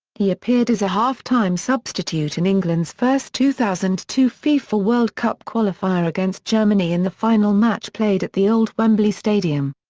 he appeared as a half-time substitute in england's first two thousand and two fifa world cup qualifier against germany in the final match played at the old wembley stadium.